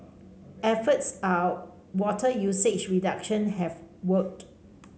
efforts are water usage reduction have worked